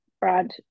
Brad